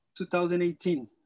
2018